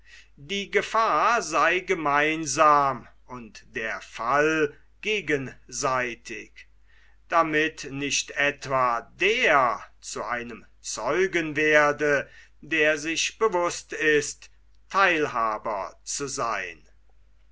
die gefahr sei gemeinsam und der fall gegenseitig damit nicht etwa der zu einem zeugen werde der sich bewußt ist theilhaber zu seyn